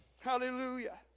hallelujah